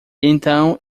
então